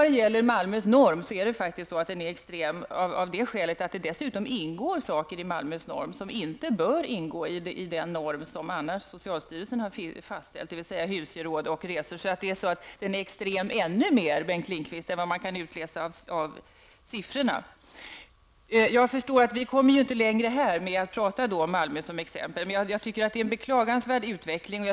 Malmös norm är faktiskt extrem, av det skälet att det ingår saker i den som inte ingår i den norm som socialstyrelsen har fastställt, nämligen husgeråd och resor. Den är alltså ännu mer extrem än vad man kan utsläsa av de siffror som redovisats. Jag förstår att vi inte kommer längre här genom att ta upp Malmö som exempel, men jag tycker att det är en beklagansvärd utveckling som nu pågår.